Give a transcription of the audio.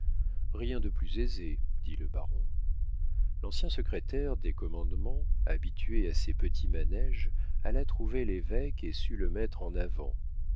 rien de plus aisé dit le baron l'ancien secrétaire des commandements habitué à ces petits manéges alla trouver l'évêque et sut le mettre en avant